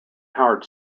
howard